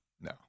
No